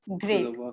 Great